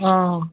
অঁ